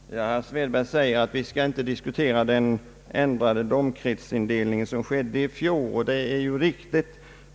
Herr talman! Herr Svedberg sade att vi inte skall diskutera den ändring av domkretsindelningen som gjordes i fjol, och det är ju riktigt.